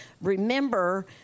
remember